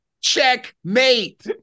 Checkmate